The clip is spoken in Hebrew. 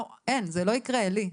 לא, זה לא יקרה, עלי.